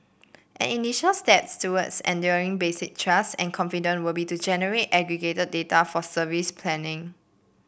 an initial step towards engendering basic trust and confidence would be to generate aggregated data for service planning